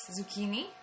Zucchini